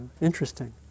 Interesting